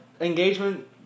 engagement